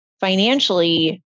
financially